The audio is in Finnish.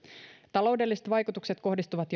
taloudelliset vaikutukset kohdistuvat